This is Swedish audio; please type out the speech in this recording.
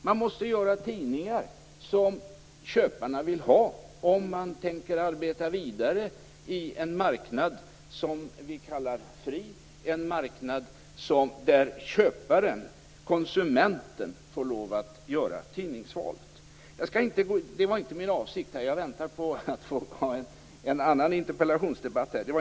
Man måste göra sådana tidningar som köparna vill ha, om man tänker arbeta vidare på en fri marknad där köparen/konsumenten får göra tidningsvalet. Det var inte min avsikt att begära ordet i denna debatt - jag väntar på nästa interpellationsdebatt.